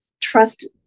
trust